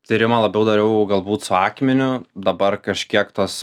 tyrimą labiau dariau galbūt su akmeniu dabar kažkiek tos